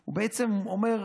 הוא בעצם אומר: